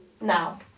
now